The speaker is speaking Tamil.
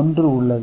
1 உள்ளது